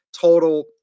total